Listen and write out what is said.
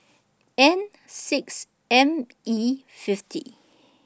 N six M E fifty